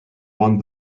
one